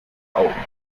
augen